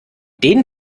den